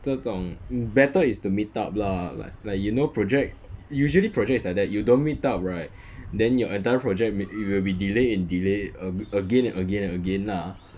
这种 better is to meet up lah like like you know project usually project is like that you don't meet up right then your entire project m~ it will be delay and delay a~ again and again and again lah